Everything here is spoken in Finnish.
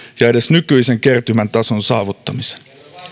ja edes nykyisen kertymän tason saavuttamisen